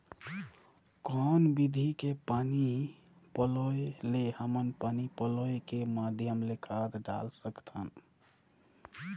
कौन विधि के पानी पलोय ले हमन पानी पलोय के माध्यम ले खाद डाल सकत हन?